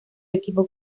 equipo